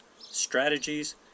strategies